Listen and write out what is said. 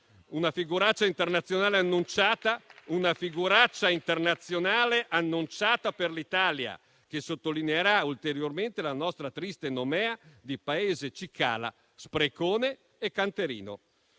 una figuraccia internazionale annunciata per l'Italia, che sottolineerà ulteriormente la nostra triste nomea di Paese cicala, sprecone e canterino.